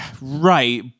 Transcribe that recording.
right